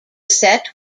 set